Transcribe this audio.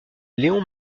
léon